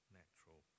natural